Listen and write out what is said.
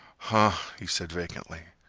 huh, he said vacantly.